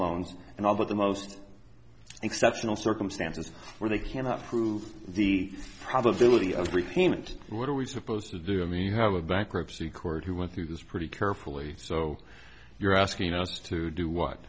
loans and all but the most exceptional circumstances where they cannot prove the probability of repayment and what are we supposed to do i mean you have a bankruptcy court who went through this pretty carefully so you're asking us to do what